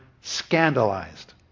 scandalized